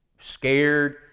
scared